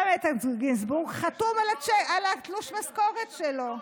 גם איתן גינזבורג חתום על תלוש המשכורת שלו.